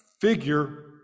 figure